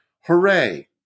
hooray